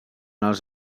els